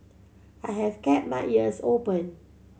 I have kept my ears open